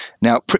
Now